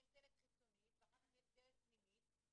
יש דלת חיצונית ואחר כך דלת פנימית,